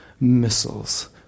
missiles